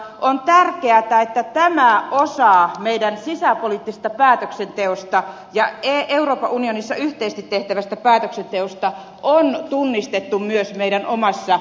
on tärkeätä että tämä osa meidän sisäpoliittisesta päätöksenteostamme ja euroopan unionissa yhteisesti tehtävästä päätöksenteosta on tunnistettu myös meidän omassa perustuslaissamme